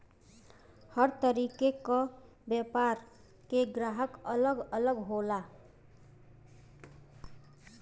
हर तरीके क व्यापार के ग्राहक अलग अलग होला